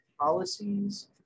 policies